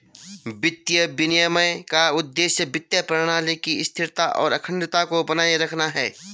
वित्तीय विनियमन का उद्देश्य वित्तीय प्रणाली की स्थिरता और अखंडता को बनाए रखना है